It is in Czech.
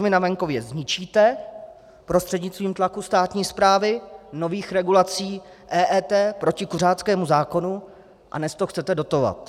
Nejdřív služby na venkově zničíte prostřednictvím tlaku státní správy, nových regulací EET, protikuřáckého zákona, a dnes to chcete dotovat.